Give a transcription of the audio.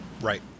Right